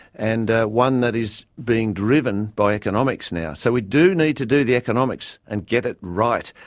and one that is being driven by economics now. so we do need to do the economics and get it right,